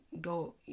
go